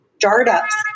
startups